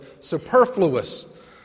Superfluous